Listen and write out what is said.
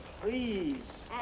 please